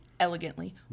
Elegantly